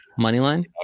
Moneyline